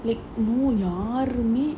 like no யாருமே:yaarumae